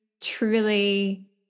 truly